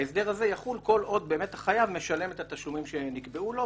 ההסדר הזה יחול כל עוד החייב משלם את התשלומים שנקבעו לו,